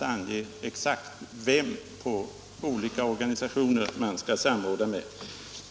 ange exakt med vem i olika organisationer man skall samråda.